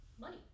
money